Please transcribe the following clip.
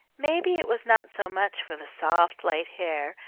maybe it was not so much for the soft light hair,